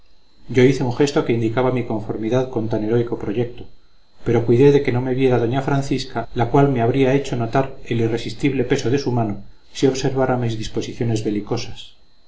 yo hice un gesto que indicaba mi conformidad con tan heroico proyecto pero cuidé de que no me viera doña francisca la cual me habría hecho notar el irresistible peso de su mano si observara mis disposiciones belicosas